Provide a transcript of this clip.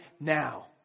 now